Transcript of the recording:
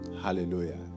Hallelujah